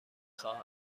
خواهم